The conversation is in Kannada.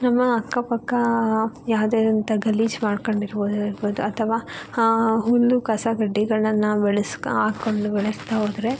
ನಮ್ಮ ಅಕ್ಕಪಕ್ಕ ಯಾವುದೇ ಅಂಥ ಗಲೀಜು ಮಾಡ್ಕೊಂಡಿರದೇ ಇರ್ಬೋದು ಅಥವಾ ಹುಲ್ಲು ಕಸ ಕಡ್ಡಿಗಳನ್ನು ಬೆಳೆಸ್ಕಾ ಹಾಕ್ಕೊಂಡು ಬೆಳೆಸ್ತಾ ಹೋದ್ರೆ